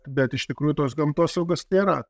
bet iš tikrųjų tos gamtosaugos nėra